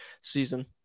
season